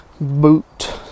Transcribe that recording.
boot